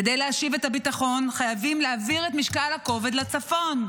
כדי להשיב את הביטחון חייבים להעביר את משקל הכובד לצפון.